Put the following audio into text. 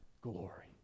glory